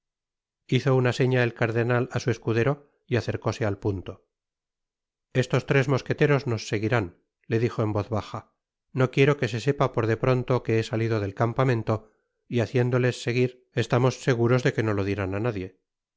hizo una sena el cardenal á su escudero y acercóse al punio estos tres mosqueteros nos seguirán le dijo en voz baja no quiero que se sepa por de pronto que he salido del campamento y haciéndoles seguir estamos seguros de que no lo dirán á nadie